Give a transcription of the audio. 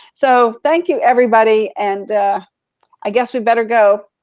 so thank you everybody and i guess we better go.